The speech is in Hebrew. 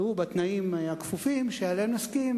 שיהיה בתנאים הכפופים שעליהם נסכים.